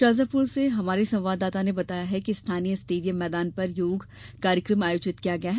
शाजापुर से हमारे संवाददाता ने बताया है कि स्थानीय स्टेडियम मैदान पर योग कार्यक्रम आयोजित किया गया है